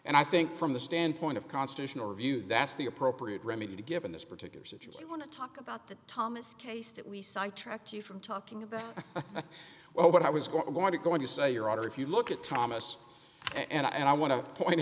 and i think from the standpoint of constitutional review that's the appropriate remedy given this particular situation i want to talk about the thomas case that we sidetracked you from talking about well what i was going to going to say your honor if you look at thomas and i want to point